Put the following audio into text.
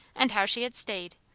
and how she had stayed,